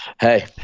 hey